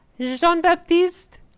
Jean-Baptiste